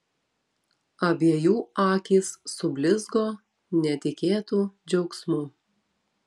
abiejų akys sublizgo netikėtu džiugumu